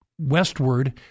Westward